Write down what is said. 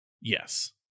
Yes